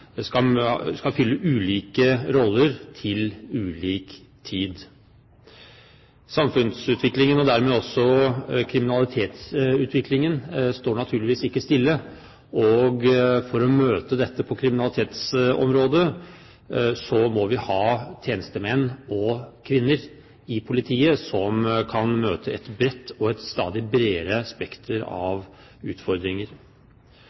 skal fylle «ulike roller til ulik tid». Samfunnsutviklingen og dermed også kriminalitetsutviklingen står naturligvis ikke stille, og for å møte dette på kriminalitetsområdet må vi ha tjenestemenn og -kvinner i politiet som kan møte et bredt og stadig bredere spekter